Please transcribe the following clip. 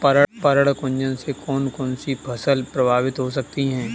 पर्ण कुंचन से कौन कौन सी फसल प्रभावित हो सकती है?